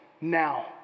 now